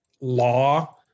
law